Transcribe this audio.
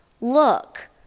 look